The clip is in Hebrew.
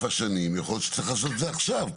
השנים יכול להיות שצריך לעשות את זה עכשיו.